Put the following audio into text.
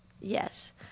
Yes